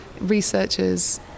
researchers